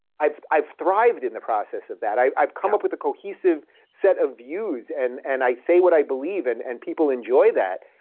i've i've thrived in the process of that, i've i've come up with a cohesive set of views and and i say what i believe and and people enjoy that,